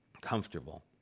comfortable